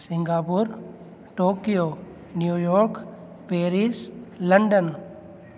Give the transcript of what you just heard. Singapore Tokyo New York Paris London